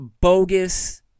bogus